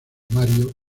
mario